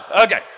Okay